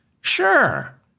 Sure